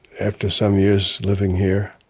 after some years living here,